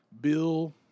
Bill